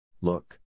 Look